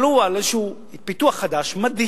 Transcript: עלו על איזשהו פיתוח חדש, מדהים,